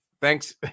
Thanks